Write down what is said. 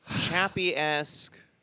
Chappie-esque